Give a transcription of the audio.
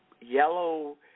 yellow